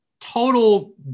total